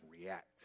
react